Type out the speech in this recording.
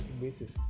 basis